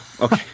Okay